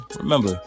remember